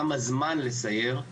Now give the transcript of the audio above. כמה זמן לסייר,